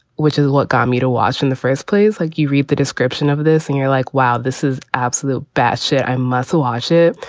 which is what got me to watch in the first place. like you read the description of this and you're like, wow, this is absolute bassat. i must watch it.